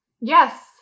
Yes